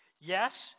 Yes